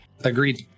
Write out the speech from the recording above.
agreed